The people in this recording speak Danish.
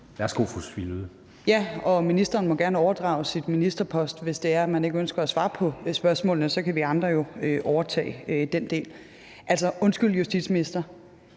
Sophie Løhde (V): Ja, og ministeren må gerne overdrage sin ministerpost, hvis det er, at man ikke ønsker at svare på spørgsmålene. Så kan vi andre jo overtage den del. Altså, undskyld til justitsministeren,